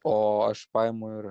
o aš paimu ir